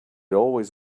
always